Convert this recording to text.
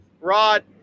Rod